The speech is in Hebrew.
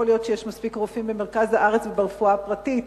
יכול להיות שיש מספיק רופאים במרכז הארץ וברפואה הפרטית,